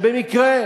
שבמקרה